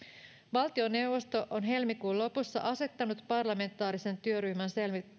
valtioneuvosto on helmikuun lopussa asettanut parlamentaarisen työryhmän